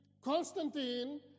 Constantine